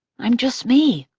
i'm just me.